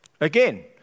Again